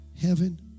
Heaven